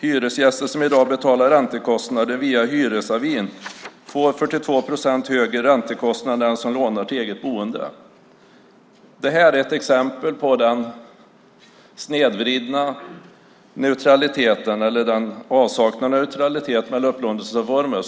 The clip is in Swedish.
Hyresgäster som i dag betalar räntekostnader via hyresavin får 42 procents högre räntekostnader än den som lånar till eget boende. Det här visar den snedvridna neutraliteten eller avsaknaden av neutralitet mellan upplåtelseformer.